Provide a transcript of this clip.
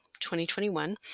2021